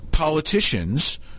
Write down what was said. politicians